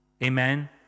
Amen